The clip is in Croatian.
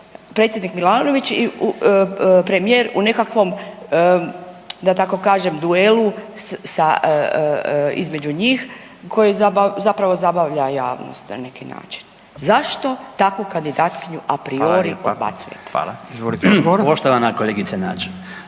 predsjednik Milanović i premijer u nekakvom, da tako kažem, duelu sa, između njih koji zapravo zabavlja javnost na neki način? Zašto takvu kandidatkinju apriori odbacujete? **Radin, Furio